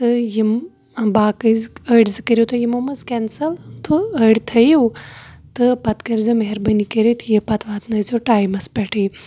تہٕ یِم باقٕے زٕ أڑۍ زٕ کٔرِو تُہۍ یِمو منٛز کینسل تہٕ أڑۍ تھٲیِو تہٕ پتہٕ کٔرزیٚو مہربٲنی کٔرِتھ یہِ پتہٕ واتنٲیزیٚو ٹایِمَس پٮ۪ٹھٕے